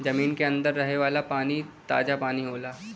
जमीन के अंदर रहे वाला पानी ताजा पानी होला